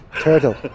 turtle